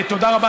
תודה רבה.